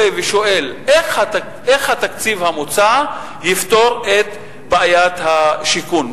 האזרח הרגיל מסתכל ורואה ושואל איך התקציב המוצע יפתור את בעיית השיכון,